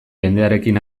jendearekin